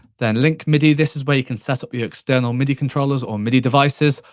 then link midi, this is where you can set up your external midi controllers or midi devices.